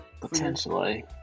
potentially